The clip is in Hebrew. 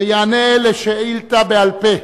ויענה על שאילתא בעל-פה